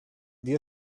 día